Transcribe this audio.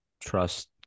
trust